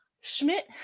Schmidt